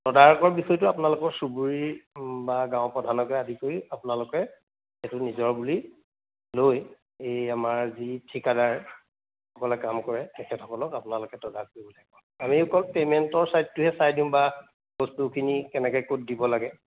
তদাৰকৰ বিষয়টো আপোনালোকৰ চুবুৰীৰ বা গাঁৱৰ প্ৰধানকে আদি কৰি আপোনালোকে সেইটো নিজৰ বুলি লৈ এই আমাৰ যি ঠিকাদাৰসকলে কাম কৰে তেখেতসকলক আপোনালোকে তদাৰক কৰিব লাগিব আমি অকল পে'মেণ্টৰ ছাইডটোহে চাই দিওঁ বা বস্তুখিনি কেনেকৈ ক'ত দিব লাগে